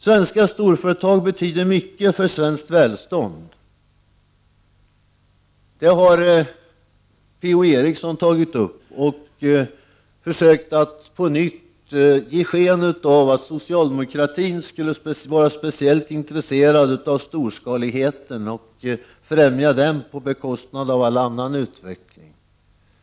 Svenska storföretag betyder mycket för svenskt välstånd. Per-Ola Eriksson tog upp det och försökte på nytt ge sken av att socialdemokratin skulle vara speciellt intresserad av storskaligheten och av att främja den på bekostnad av ali annan utveckling.